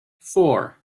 four